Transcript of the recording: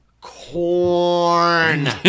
corn